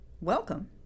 Welcome